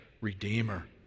Redeemer